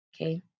okay